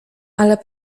ale